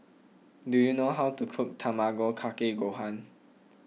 do you know how to cook Tamago Kake Gohan